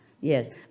Yes